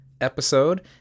episode